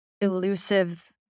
elusive